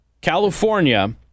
California